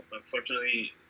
unfortunately